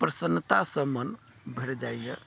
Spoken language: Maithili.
प्रसन्नतासँ मन भरि जाइया